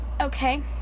Okay